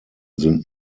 sind